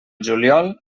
juliol